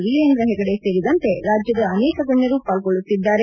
ವೀರೇಂದ್ರ ಹೆಗಡೆ ಸೇರಿದಂತೆ ರಾಜ್ಯದ ಅನೇಕ ಗಣ್ಯರು ಪಾಲ್ಗೊಳ್ಳುತ್ತಿದ್ದಾರೆ